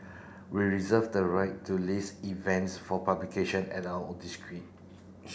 we reserve the right to list events for publication at our